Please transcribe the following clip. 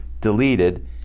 deleted